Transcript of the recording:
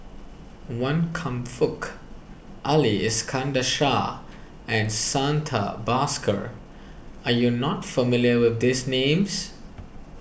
Wan Kam Fook Ali Iskandar Shah and Santha Bhaskar are you not familiar with these names